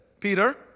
Peter